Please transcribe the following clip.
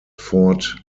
fort